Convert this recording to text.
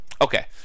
Okay